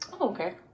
Okay